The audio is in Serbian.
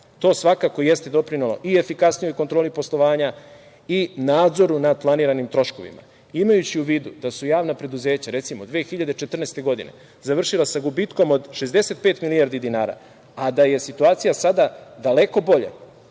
To svakako, jeste doprinelo i efikasnijoj kontroli poslovanja i nadzoru nad planiranim troškovima. Imajući u vidu da su javna preduzeća, recimo, 2014. godine završila sa gubitkom od 65 milijardi dinara, a da je situacija sada daleko bolja,